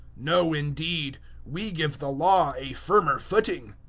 no, indeed we give the law a firmer footing.